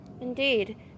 Indeed